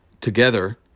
together